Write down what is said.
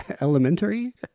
Elementary